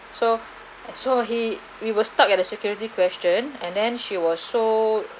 so so he we were stuck at a security question and then she was so